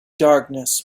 darkness